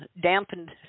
dampened